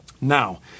Now